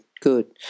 good